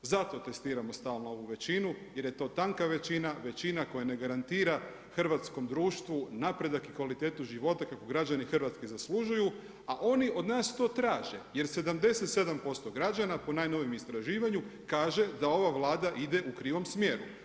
Zato testiramo stalno ovu većinu jer je to tanka većina, većina koja ne garantira hrvatskom društvu napredak i kvalitetu života kakvu građani Hrvatske zaslužuju a oni od nas to traže jer 77% građana po najnovijem istraživanju kaže da ova Vlada ide u krivom smjeru.